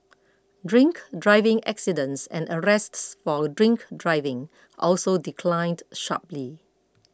drink driving accidents and arrests for drink driving also declined sharply